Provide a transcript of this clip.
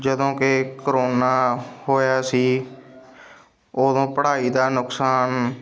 ਜਦੋਂ ਕੇ ਕਰੋਨਾ ਹੋਇਆ ਸੀ ਓਦੋਂ ਪੜ੍ਹਾਈ ਦਾ ਨੁਕਸਾਨ